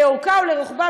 לאורכה ולרוחבה,